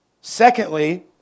Secondly